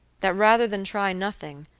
that, rather than try nothing,